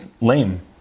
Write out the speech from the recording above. lame